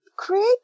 create